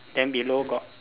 then below got